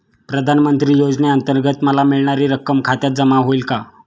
प्रधानमंत्री योजनेअंतर्गत मला मिळणारी रक्कम खात्यात जमा होईल का?